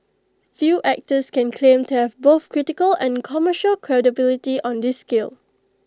few actors can claim to have both critical and commercial credibility on this scale